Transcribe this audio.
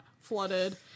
flooded